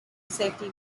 safety